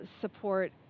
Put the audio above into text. support